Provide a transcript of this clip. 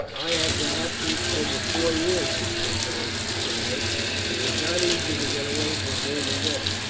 i had been absent over four years, you see, beric replied, and it was not easy to get away from home again.